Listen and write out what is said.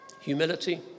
Humility